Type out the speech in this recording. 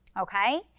Okay